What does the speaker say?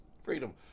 Freedom